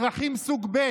אזרחים סוג ב',